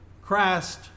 Christ